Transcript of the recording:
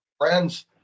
friends